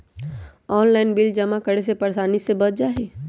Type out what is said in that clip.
Online bill जमा करे से परेशानी से बच जाहई?